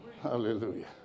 Hallelujah